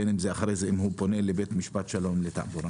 בין אם זה אחר כך אם הוא פונה לבית משפט שלום לתעבורה